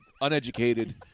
uneducated